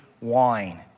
wine